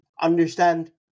understand